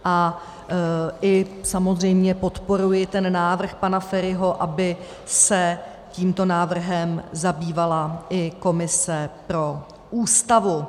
A i samozřejmě podporuji návrh pana Feriho, aby se tímto návrhem zabývala i komise pro Ústavu.